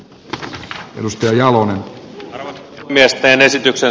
hänen edustajallaan miesten esityksen